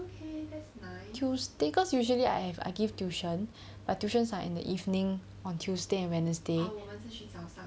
cause usually I have I give tuition but tuition are in the evening on tuesday and wednesday